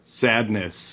Sadness